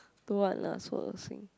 don't want lah so 恶心